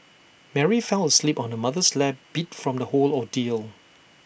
Mary fell asleep on her mother's lap beat from the whole ordeal